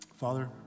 Father